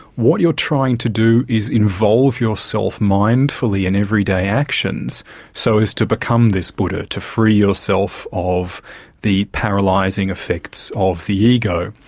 what you're trying to do is involve yourself mindfully in everyday actions so as to become this buddha, to free yourself of the paralysing effects of the ego.